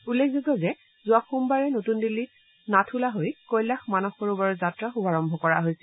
উল্লেখযোগ্য যে যোৱা সোমবাৰে নতুন দিল্লীত নাথুলা হৈ কৈলাশ মানসৰোবৰ যাত্ৰা শুভাৰম্ভ কৰা হৈছিল